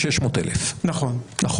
600,000. נכון.